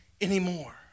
anymore